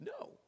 No